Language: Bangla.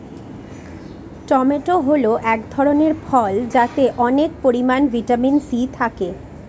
টমেটো হল এক ধরনের ফল যাতে অনেক পরিমান ভিটামিন সি থাকে